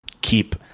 keep